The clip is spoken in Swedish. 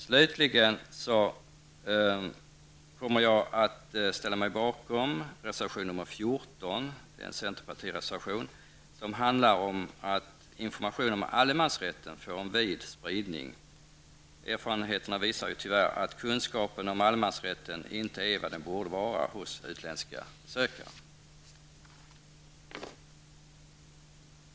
Slutligen vill jag säga att jag kommer att ställa mig bakom reservation 14, en centerpartireservation, som handlar om att information om allemansrätten skall få en vid spridning. Erfarenheterna visar tyvärr att kunskapen om allemansrätten inte är vad den borde vara hos utländska besökare.